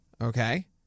okay